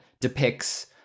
depicts